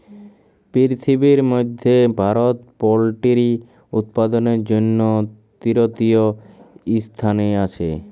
পিরথিবির ম্যধে ভারত পোলটিরি উৎপাদনের জ্যনহে তীরতীয় ইসথানে আসে